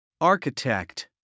Architect